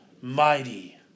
mighty